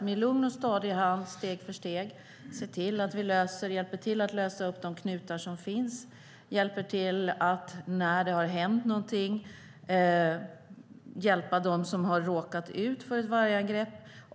Med lugn och stadig hand försöker vi steg för steg hjälpa till att lösa upp de knutar som finns och hjälpa dem som har råkat ut för ett vargangrepp.